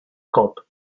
gulp